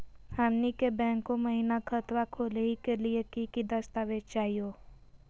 हमनी के बैंको महिना खतवा खोलही के लिए कि कि दस्तावेज चाहीयो?